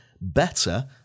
better